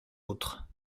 autres